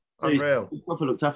Unreal